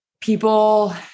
people